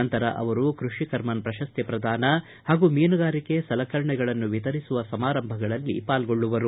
ನಂತರ ಅವರು ಕೃಷಿ ಕರ್ಮನ್ ಪ್ರಶಸ್ತಿ ಪ್ರದಾನ ಹಾಗೂ ಮೀನುಗಾರಿಕೆ ಸಲಕರಣೆಗಳನ್ನು ವಿತರಿಸುವ ಸಮಾರಂಭಗಳಲ್ಲಿ ಪಾಲ್ಗೊಳ್ಳುವರು